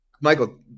Michael